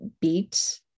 beat